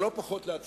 אבל לא פחות, לעצמנו.